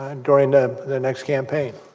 and and the next campaign